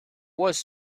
was